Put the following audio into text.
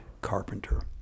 Carpenter